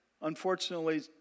unfortunately